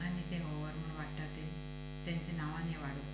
आनी तें होवंर म्हण वाडटा तें तेंचें नावांनी हें वाडप